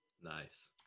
Nice